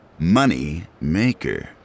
Moneymaker